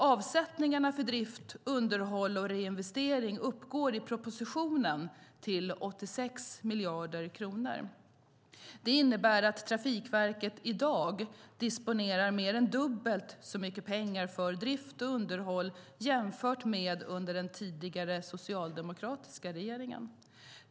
Avsättningarna för drift, underhåll och reinvestering uppgår i propositionen till 86 miljarder kronor. Det innebär att Trafikverket i dag disponerar mer än dubbelt så mycket pengar för drift och underhåll jämfört med under den tidigare, socialdemokratiska regeringen.